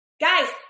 Guys